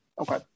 Okay